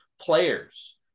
players